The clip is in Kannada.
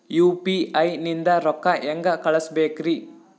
ಯು.ಪಿ.ಐ ನಿಂದ ರೊಕ್ಕ ಹೆಂಗ ಕಳಸಬೇಕ್ರಿ?